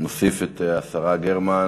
תוסיף אותי גם,